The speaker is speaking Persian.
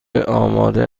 آماده